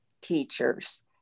teachers